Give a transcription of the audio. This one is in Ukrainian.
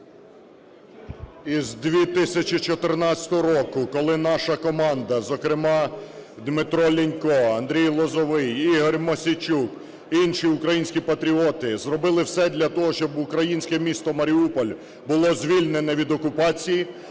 Із 2014 року, коли наша команда, зокрема Дмитро Лінько, Андрій Лозовой, Ігор Мосійчук, інші українські патріоти зробили все для того, щоб українське місто Маріуполь було звільнене від окупації,